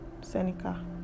Seneca